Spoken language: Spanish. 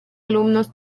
alumnos